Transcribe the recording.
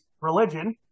religion